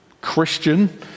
Christian